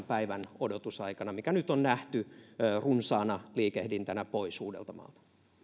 päivän odotusaikana mikä nyt on nähty runsaana liikehdintänä pois uudeltamaalta